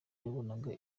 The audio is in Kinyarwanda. yabonaga